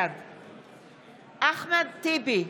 בעד אחמד טיבי,